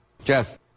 Jeff